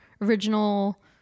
original